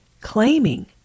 claiming